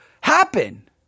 happen